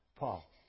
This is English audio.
Paul